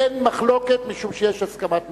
אין מחלוקת משום שיש הסכמת ממשלה.